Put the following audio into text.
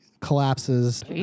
collapses